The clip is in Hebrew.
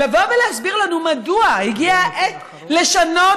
לבוא ולהסביר לנו מדוע הגיעה העת לשנות